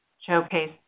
showcase